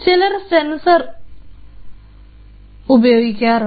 ചിലതിൽ സെൻസർ ഉണ്ട്